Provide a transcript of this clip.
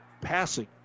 passing